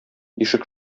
ишек